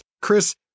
Chris